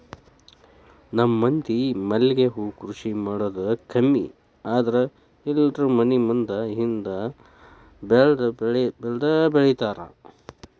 ನಮ್ಮ ಮಂದಿ ಮಲ್ಲಿಗೆ ಹೂ ಕೃಷಿ ಮಾಡುದ ಕಮ್ಮಿ ಆದ್ರ ಎಲ್ಲಾರೂ ಮನಿ ಮುಂದ ಹಿಂದ ಬೆಳ್ದಬೆಳ್ದಿರ್ತಾರ